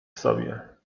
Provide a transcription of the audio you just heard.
sobie